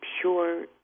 pure